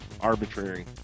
arbitrary